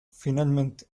finalmente